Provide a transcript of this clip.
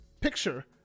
picture